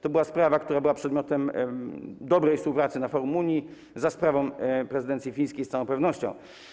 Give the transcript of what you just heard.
To była sprawa, która była przedmiotem dobrej współpracy na forum Unii, za sprawą prezydencji fińskiej z całą pewnością.